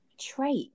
trait